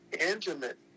intimate